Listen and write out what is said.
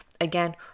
again